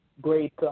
great